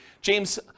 James